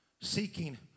seeking